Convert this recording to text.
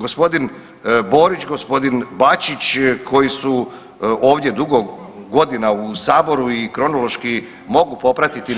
Gospodin Borić, g. Bačić koji su ovdje dugo godina u Saboru i kronološki mogu popratiti